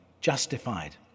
justified